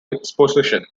disposition